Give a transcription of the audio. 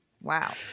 Wow